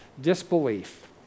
disbelief